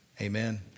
amen